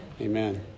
Amen